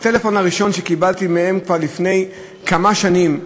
הטלפון הראשון שקיבלתי מהם כבר לפני כמה שנים,